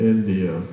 India